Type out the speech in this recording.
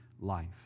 life